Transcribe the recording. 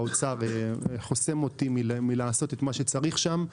האוצר חוסם אותי מלעשות את מה שצריך שם.